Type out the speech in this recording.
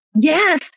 Yes